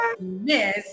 Miss